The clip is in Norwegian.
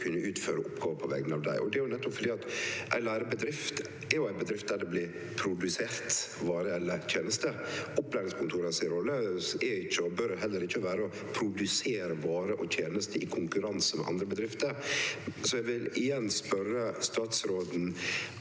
kunne utføre oppgåver på vegner av dei. Det er nettopp fordi ei lærebedrift er ei bedrift der det blir produsert varer eller tenester. Rolla til opplæringskontora er ikkje og bør heller ikkje vere å produsere varer og tenester i konkurranse med andre bedrifter. Eg vil igjen spørje statsråden: